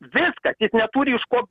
viskas ir neturi iš ko